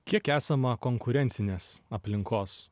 kiek esama konkurencinės aplinkos